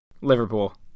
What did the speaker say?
Liverpool